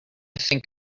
think